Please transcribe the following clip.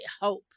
hope